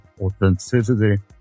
authenticity